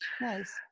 nice